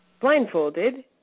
blindfolded